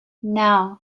now